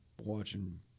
watching